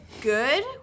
good